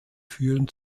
führen